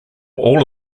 all